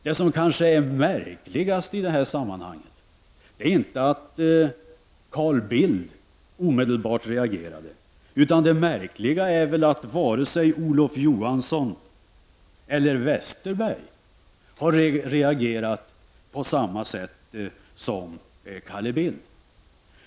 Det som kanske är märkligast i det här sammanhanget är inte att Carl Bildt omedelbart reagerade, utan det är väl att varken Olof Johansson eller Bengt Westerberg har reagerat på samma sätt som Carl Bildt.